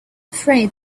afraid